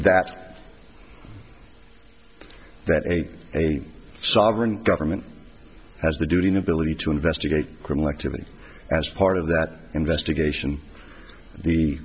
that that eight a sovereign government has the duty and ability to investigate criminal activity as part of that investigation the